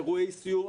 אירועי סיום,